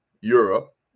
europe